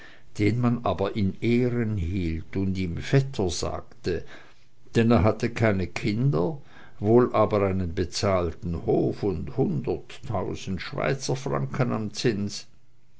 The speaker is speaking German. den man aber sehr in ehren hielt und ihm vetter sagte denn er hatte keine kinder wohl aber einen bezahlten hof und hunderttausend schweizerfranken am zins